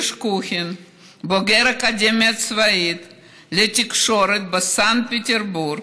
בוגר האקדמיה הצבאית לתקשורת בסנט פטרסבורג,